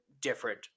different